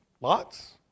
Lots